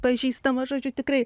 pažįstama žodžiu tikrai